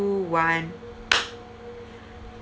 one